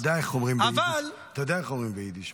אתה יודע איך אומרים ביידיש?